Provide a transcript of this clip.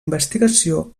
investigació